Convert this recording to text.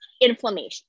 inflammation